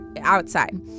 outside